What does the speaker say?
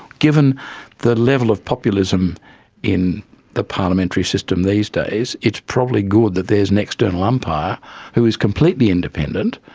given the level of populism in the parliamentary system these days, it's probably good that there is an external umpire who is completely independent,